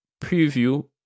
preview